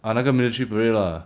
啊那个 military parade lah